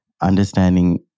understanding